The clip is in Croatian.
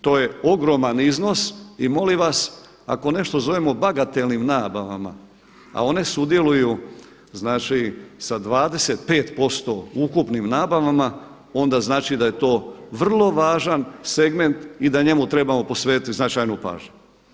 To je ogroman iznos i molim vas ako nešto zovemo bagatelnim nabavama a one sudjeluju znači sa 25% u ukupnim nabavama onda znači da je to vrlo važan segment i da njemu trebamo posvetiti značajnu pažnju.